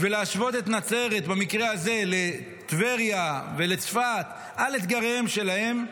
ולהשוות את נצרת במקרה הזה לטבריה ולצפת על אתגריהן שלהן,